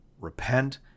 Repent